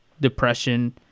depression